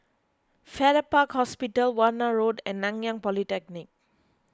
Farrer Park Hospital Warna Road and Nanyang Polytechnic